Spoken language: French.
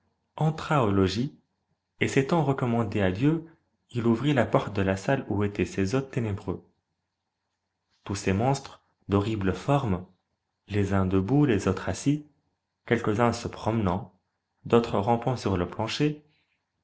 au logis et s'étant recommandé à dieu il ouvrit la porte de la salle où étaient ces hôtes ténébreux tous ces monstres d'horrible forme les uns debout les autres assis quelques-uns se promenant d'autres rampant sur le plancher